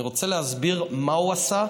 אני רוצה להסביר מה הוא עשה.